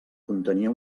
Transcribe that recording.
contenia